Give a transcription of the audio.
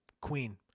Queen